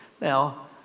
Now